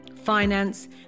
finance